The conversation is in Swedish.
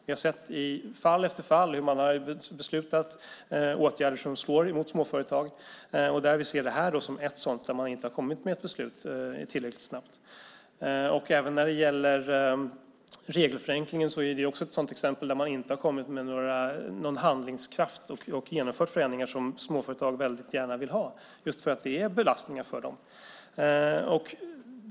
Vi har i fall efter fall sett hur man beslutat om åtgärder som slår mot småföretag, och vi ser denna reform som ett sådant fall där man inte kommit med beslut tillräckligt snabbt. Ett annat exempel är regelförenklingarna. Man har inte med någon handlingskraft genomfört förändringar som småföretag gärna vill ha just för att det finns belastningar på dem.